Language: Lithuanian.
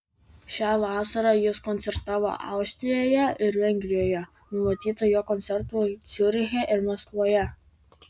šią vasarą jis koncertavo austrijoje ir vengrijoje numatyta jo koncertų ciuriche ir maskvoje